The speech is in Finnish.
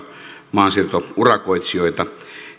maansiirtourakoitsijoita